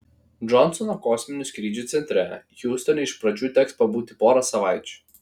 džonsono kosminių skrydžių centre hjustone iš pradžių teks pabūti porą savaičių